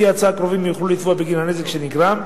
לפי ההצעה, קרובים יוכלו לתבוע בגין הנזק שנגרם,